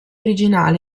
originale